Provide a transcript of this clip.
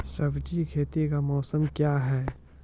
सब्जी खेती का मौसम क्या हैं?